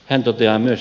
hän toteaa myös